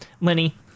Lenny